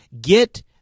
get